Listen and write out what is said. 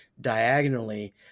diagonally